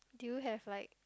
do you have like